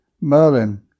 Merlin